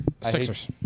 Sixers